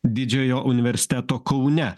didžiojo universiteto kaune